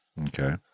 Okay